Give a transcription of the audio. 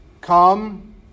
come